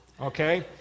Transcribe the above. okay